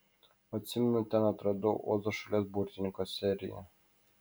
atsimenu ten atradau ozo šalies burtininko seriją